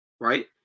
right